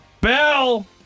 Bell